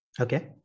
Okay